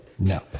No